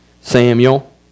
Samuel